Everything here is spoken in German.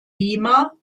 lima